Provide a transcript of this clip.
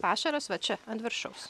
pašaras va čia ant viršaus